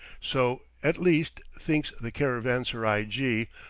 so, at least, thinks the caravanserai-jee,